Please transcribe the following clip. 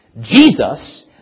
Jesus